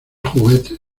juguetes